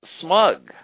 smug